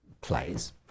plays